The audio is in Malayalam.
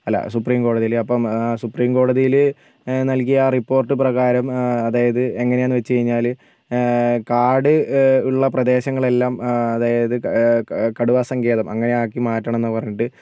അല്ല സുപ്രീം കോടതിയിൽ അപ്പം സുപ്രീം കോടതിയിൽ നല്കിയ ആ റിപ്പോർട്ട് പ്രകാരം അതായത് എങ്ങനാന്ന് വെച്ചു കഴിഞ്ഞാൽ കാട് ഉള്ള പ്രദേശങ്ങളെല്ലാം അതായത് കടുവ സങ്കേതം അങ്ങനെ ആക്കി മാറ്റണംന്ന് പറഞ്ഞിട്ട്